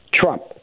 Trump